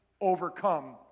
overcome